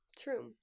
True